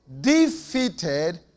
defeated